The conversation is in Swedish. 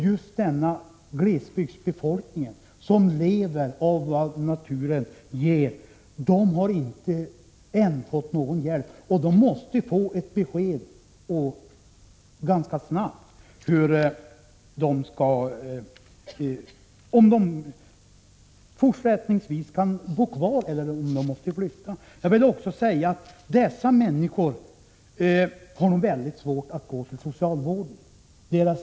Just glesbygdsbefolkningen som lever av vad naturen ger har ännu inte fått någon hjälp. De måste få besked ganska snabbt om de kan bo kvar eller om de måste flytta. Dessa människor har nog väldigt svårt att gå till socialvården.